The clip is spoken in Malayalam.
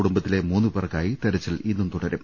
കുടുംബത്തിലെ മൂന്നുപേർക്കായി തിരച്ചിൽ ഇന്നും തുടരും